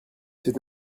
c’est